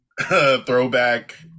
Throwback